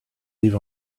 leave